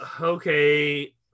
okay